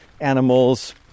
animals